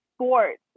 Sports